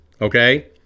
okay